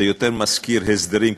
זה יותר מזכיר הסדרים,